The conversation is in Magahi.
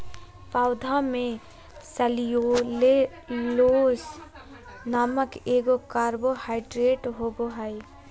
पौधा में सेल्यूलोस नामक एगो कार्बोहाइड्रेट होबो हइ